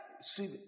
see